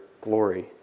glory